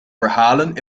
verhalen